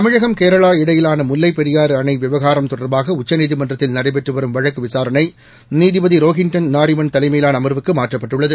தமிழகம் கேரளா இடையிலான முல்லைப் பெரியாறு அணை விவகாரம் தொடர்பாக உச்சநீதிமன்றத்தில் நடைபெற்று வரும் வழக்கு விசாரணை நீதிபதி ரோஹின்டன் நாரிமன் தலைமையிலான அமர்வுக்கு மாற்றப்பட்டுள்ளது